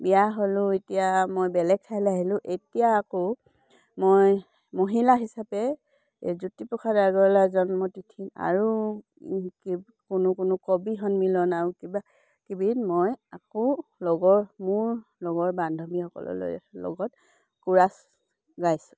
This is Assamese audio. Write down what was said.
বিয়া হ'লোঁ এতিয়া মই বেলেগ ঠাইলৈ আহিলোঁ এতিয়া আকৌ মই মহিলা হিচাপে জ্যোতিপ্ৰসাদ আগৰৱালাৰ জন্ম তিথিত আৰু কোনো কোনো কবি সন্মিলন আৰু কিবা কিবি মই আকৌ লগৰ মোৰ লগৰ বান্ধৱীসকললৈ লগত কোৰাছ গাইছোঁ